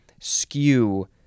skew